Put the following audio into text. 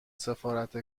سفارت